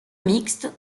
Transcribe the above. mixte